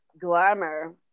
Glamour